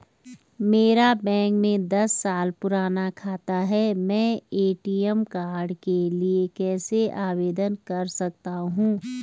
मेरा बैंक में दस साल पुराना खाता है मैं ए.टी.एम कार्ड के लिए कैसे आवेदन कर सकता हूँ?